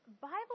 Bible